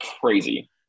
crazy